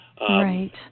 Right